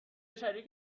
شریک